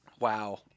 Wow